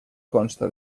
consta